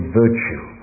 virtue